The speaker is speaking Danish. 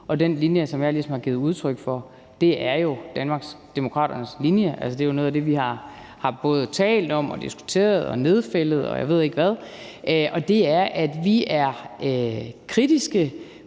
og den linje, som jeg ligesom har givet udtryk for, er jo Danmarksdemokraternes linje. Det er jo noget af det, vi både har talt om og diskuteret og nedfældet, og jeg ved ikke hvad, og det er, at vi er kritiske